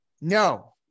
No